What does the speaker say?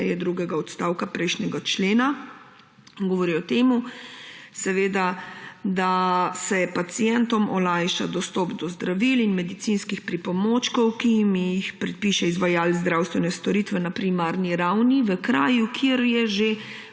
drugega odstavka prejšnjega člena. Govori o tem, da se pacientom olajša dostop do zdravil in medicinskih pripomočkov, ki jim jih predpiše izvajalec zdravstvene storitve na primarni ravni v kraju, kjer je že